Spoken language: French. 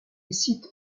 cite